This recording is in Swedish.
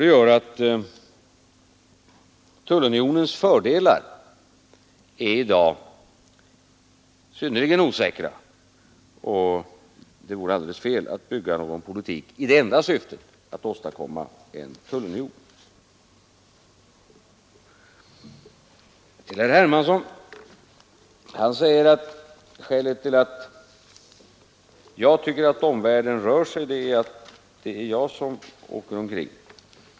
Det gör att tullunionens fördelar i dag är osäkra, och det vore därför felaktigt att bygga någon politik på det enda syftet att åstadkomma en tullunion. Herr Hermansson säger att skälet till att jag tycker att omvärlden rör sig är att det är jag som åker omkring.